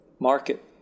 market